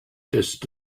destiny